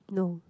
no